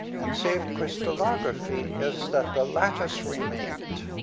and saved crystallography, is that the lattice remained.